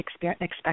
expect